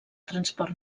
transport